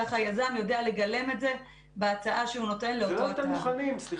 ככה הצרכן יודע לגלם את זה בהצעה שהוא נותן לאותו מכרז.